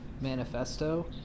manifesto